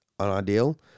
unideal